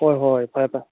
ꯍꯣꯏ ꯍꯣꯏ ꯐꯔꯦ ꯐꯔꯦ